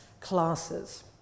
classes